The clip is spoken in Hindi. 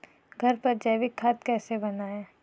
घर पर जैविक खाद कैसे बनाएँ?